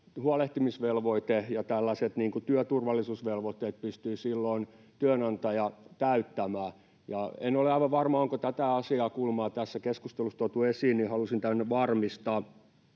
huolehtimisvelvoitteen ja tällaiset työturvallisuusvelvoitteet. En ole aivan varma, onko tätä asiaa, kulmaa, tässä keskustelussa tuotu esiin, ja halusin tämän varmistaa.